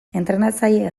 entrenatzaileek